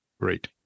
Great